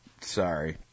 Sorry